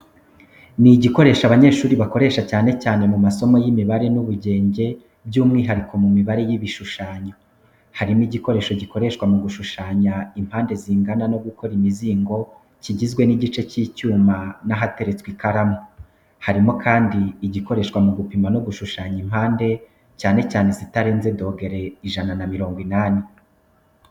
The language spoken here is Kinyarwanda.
Ni igikoresho abanyeshuri bakoresha cyane cyane mu masomo y’imibare n’ubugenge by’umwihariko mu mibare y’ibishushanyo. Harimo igikoresho gikoreshwa mu gushushanya impande zingana no gukora imizingo kigizwe n’igice cy’icyuma n’ahateretswe ikaramu. Harimo kandi igikoreshwa mu gupima no gushushanya impande cyane cyane izitarenze 180°.